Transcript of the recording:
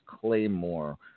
Claymore